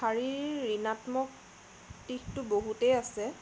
শাৰীৰ ঋণাত্মক দিশটো বহুতেই আছে